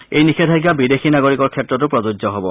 এই নিষেধাজ্ঞা বিদেশী নাগৰিকৰ ক্ষেত্ৰতো প্ৰযোজ্য হ'ব